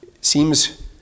Seems